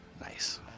Nice